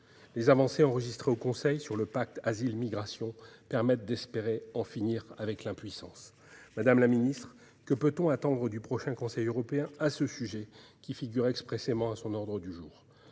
Les avancées enregistrées au Conseil sur le pacte sur la migration et l'asile permettent d'espérer en finir avec l'impuissance. Madame la secrétaire d'État, que peut-on attendre du prochain Conseil européen à ce sujet qui figure expressément à son ordre du jour ?